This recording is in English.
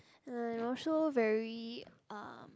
and I also very uh